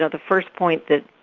the first point that